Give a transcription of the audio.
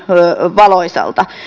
valoisalta